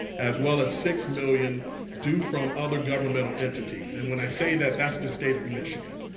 as well as six million due from other governmental entities, and when i say that, that's the state of michigan.